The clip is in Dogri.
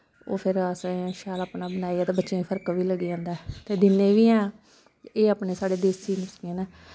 ओह् फिर अस शैल अपनै बनाइयै ते बच्चें गी फर्क बी लग्गी जंदा ते दिन्ने बी ऐं आं एह् अपने साढ़े देस्सी नुसके न